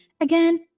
Again